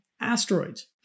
asteroids